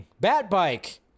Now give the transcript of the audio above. Batbike